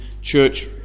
church